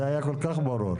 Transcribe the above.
זה היה כל כך ברור.